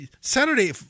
Saturday